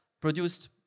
produced